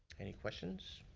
any questions?